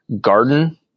garden